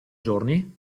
giorni